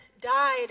died